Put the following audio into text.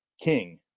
King